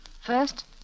First